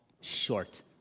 short